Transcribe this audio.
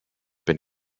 been